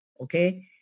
Okay